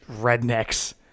rednecks